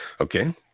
Okay